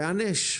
הוא ייענש.